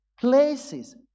places